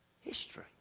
history